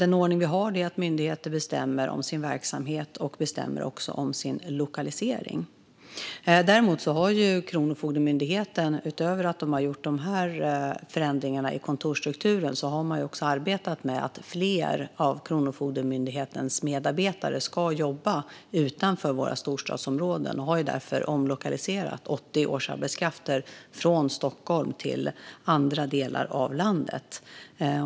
Den ordning vi har är ju att myndigheter bestämmer om sin verksamhet och sin lokalisering. Däremot har Kronofogdemyndigheten, utöver dessa förändringar i kontorsstrukturen, också arbetat med att fler av myndighetens medarbetare ska jobba utanför våra storstadsområden. Man har därför omlokaliserat 80 årsarbetskrafter från Stockholm till andra delar av landet.